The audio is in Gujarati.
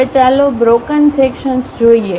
હવે ચાલો બ્રોકન સેક્શનસ જોઈએ